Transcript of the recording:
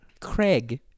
Craig